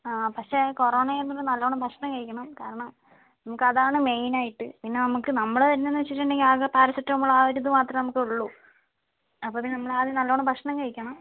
ആ പക്ഷെ കൊറോണയായതുകൊണ്ട് നല്ലോണം ഭക്ഷണം കഴിക്കണം കാരണം നമുക്കതാണ് മെയിനായിട്ട് പിന്നെ നമ്മൾക്ക് നമ്മൾ തന്നെയെന്നു വച്ചിട്ടുണ്ടെങ്കിൽ ആകെ പാരസെറ്റമോൾ ആ ഒരിത് മാത്രമേ നമുക്കുള്ളൂ അപ്പോഴതിനു നമ്മളാദ്യം നല്ലോണം ഭക്ഷണം കഴിക്കണം